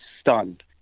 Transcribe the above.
stunned